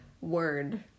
word